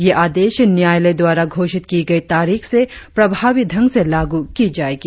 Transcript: ये आदेश न्यायालय द्वारा घोषित की गई तारीख से प्रभावी ढंग से लागू की जाएगी